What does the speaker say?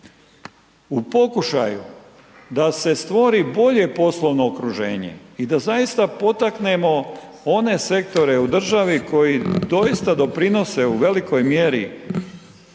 U pokušaju da se stvori bolje poslovno okruženje i da zaista potaknemo one sektore u državi koji doista doprinose u velikoj mjeri